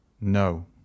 No